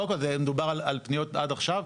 קודם כל מדובר על הפניות עד עכשיו.